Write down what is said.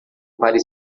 para